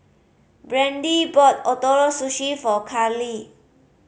Brande bought Ootoro Sushi for Carlie